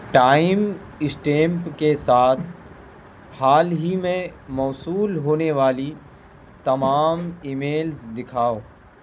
time stamp کے ساتھ حال ہی میں موصول ہونے والی تمام ای میلز دکھاؤ